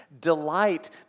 Delight